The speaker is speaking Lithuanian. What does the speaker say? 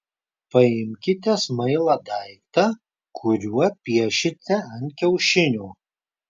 paimkite smailą daiktą kuriuo piešite ant kiaušinio